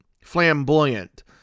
flamboyant